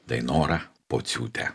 dainorą pociūtę